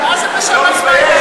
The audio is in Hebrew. מה זה בשם עצמה?